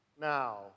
now